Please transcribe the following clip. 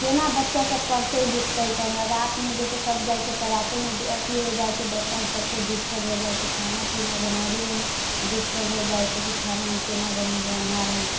केना बच्चासभ पढ़तै लिखतै केना रातिमे जैसे कटि जाइत छै तऽ रातोमे अथि हो जाइत छै बच्चासभके डिस्टर्ब हो जाइत छै जे खाना पीना बनाबैमे डिस्टर्ब हो जाइत छै कि खाना हम केना बनेबै अन्हारमे